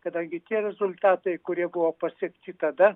kadangi tie rezultatai kurie buvo pasiekti tada